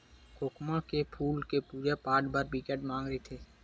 खोखमा के फूल के पूजा पाठ बर बिकट मांग रहिथे